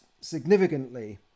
significantly